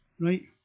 right